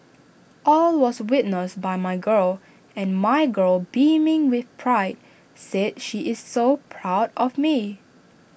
all was witnessed by my girl and my girl beaming with pride said she is so proud of me